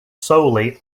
solely